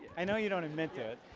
i know you don't admit to it.